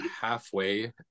halfway